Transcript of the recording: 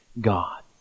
God